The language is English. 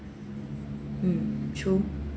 mm true